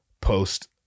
post